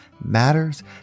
matters